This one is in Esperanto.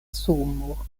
sumo